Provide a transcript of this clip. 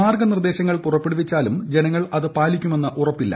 മാർഗ്ഗനിർദ്ദേശങ്ങൾ പുറപ്പെടുവിച്ചാലും ജനങ്ങൾ അത് പാലിക്കുമെന്ന് ഉറപ്പില്ല